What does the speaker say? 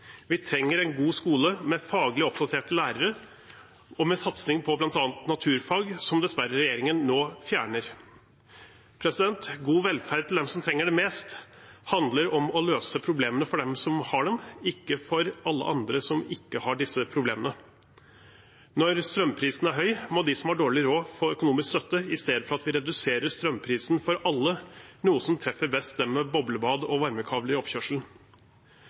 Vi trenger en god skole, med faglig oppdaterte lærere og med satsing på bl.a. naturfag, som dessverre regjeringen nå fjerner. God velferd til dem som trenger det mest, handler om å løse problemene for dem som har dem, ikke for alle andre som ikke har disse problemene. Når strømprisen er høy, må de som har dårlig råd, få økonomisk støtte i stedet for at vi reduserer strømprisen for alle, noe som treffer best dem med boblebad og varmekabler i oppkjørselen.